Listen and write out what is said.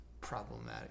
problematic